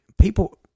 people